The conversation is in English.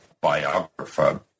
biographer